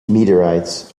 meteorites